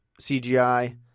CGI